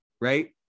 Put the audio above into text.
right